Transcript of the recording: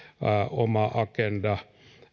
oma agenda